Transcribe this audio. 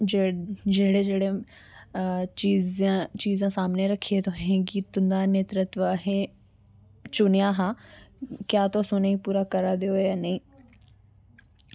जेह्ड़े जेह्ड़े चीजां सामनै रक्खियै तुसें गी जिनेंआ नेतर्वय असें चुनेआ हा क्या तुस उनेंगी पूरा करा दे ओ जां नेईं